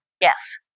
Yes